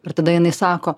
ir tada jinai sako